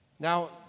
Now